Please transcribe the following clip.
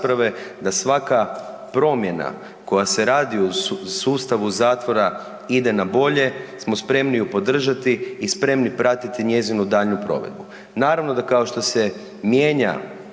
da svaka promjena koja se radi u sustavu zatvora, ide na bolje, smo spremni ju podržati i spremni pratiti njezinu daljnju provedbu. Naravno da, kao što se mijenja